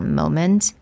moment